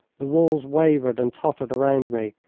the walls wavered and tottered around me,